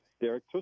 Derek